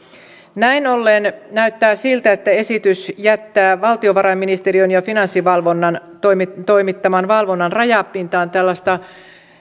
näin ollen näyttää siltä että esitys jättää valtiovarainministeriön ja finanssivalvonnan toimittaman valvonnan rajapintaan tällaista